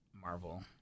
Marvel